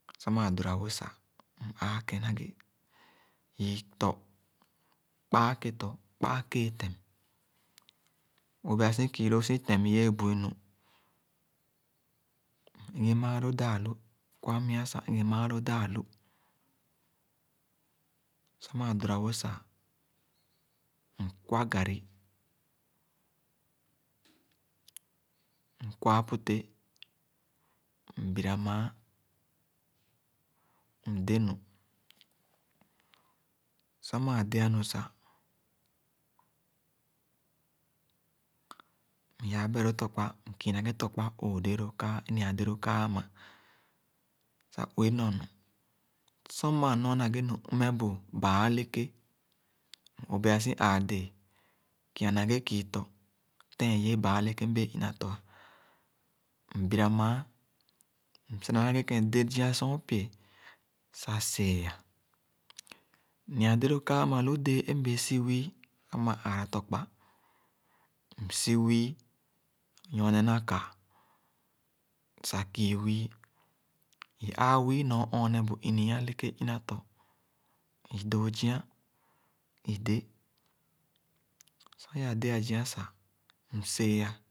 Sor maa dora-wo sah, m-aakẽn na ghe, yii tɔ, kpaa ketɔ, kpaa kee-tem. M-obeasi kii lo si tem iwẽẽ bu-i nu. M-igi maalo daa-lu. Sor maa dora wõ sah, mkwa garri, nkwa aputéh, mbira mããn, mdé-nu. Sor maa dea-nu sah, m-yaa beh-lov tɔkpa, mkii na ghe tɔkpa é õõh déé loo kaa, nyi-a déé loo kaa ãmã sah ki-wee nɔr nu. Sor maa nɔa na ghe nu mmeh bu baa eleké, m-obeasi ãã dẽẽ, kia na ghe kii tɔ. Tẽẽnyẽẽ baa eleké mbee ina tɔ, mbira mããn, msi na ghe kén dẽ zia sõnpiè sah see-a. Nyi-a déé loo kaa ãmã lu déé mbee si wii sor maa aara tɔkpa. Msi wii, nyorne na ka sah kii wii. I ãã wii nyor ɔɔneh bu ini-ii eleké ina tɔ, i-dõõ zia, i-de. Sor l-aa dea-zia sah, mgee-a